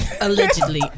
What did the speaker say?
Allegedly